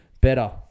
better